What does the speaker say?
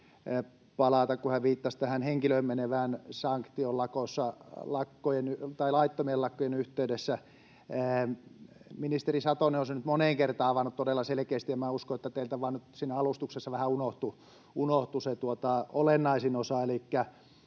palata, kun hän viittasi tähän henkilöön menevään sanktioon laittomien lakkojen yhteydessä: Ministeri Satonen on sen nyt moneen kertaan avannut todella selkeästi, ja minä uskon, että teiltä nyt siinä alustuksessa vähän vaan unohtui se olennaisin osa.